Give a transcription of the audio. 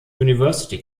university